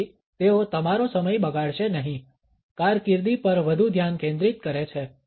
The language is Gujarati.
તેથી તેઓ તમારો સમય બગાડશે નહીં કારકિર્દી પર વધુ ધ્યાન કેન્દ્રિત કરે છે